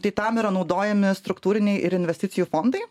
tai tam yra naudojami struktūriniai ir investicijų fondai